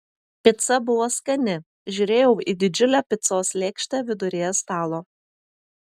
pica buvo skani žiūrėjau į didžiulę picos lėkštę viduryje stalo